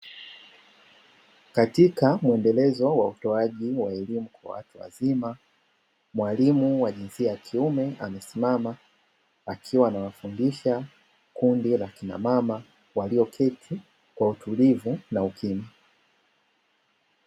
Katika muendelezo wa utoaji wa elimu kwa watu wazima, mwalimu wa jinsia ya kiume amesimama, akiwa anawafundisha kundi la akina mama, walioketi kwa utulivu na ukimya.